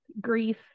grief